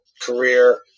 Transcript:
career